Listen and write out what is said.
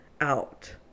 out